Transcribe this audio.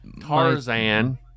Tarzan